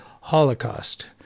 Holocaust